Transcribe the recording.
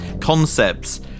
concepts